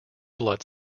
blood